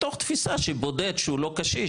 מתוך תפיסה שבודד שהוא לא קשיש,